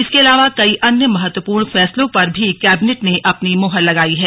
इसके अलावा कई अन्य महत्वपूर्ण फैंसलों पर भी कैबिनेट ने अपनी मुहर लगाई है